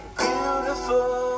beautiful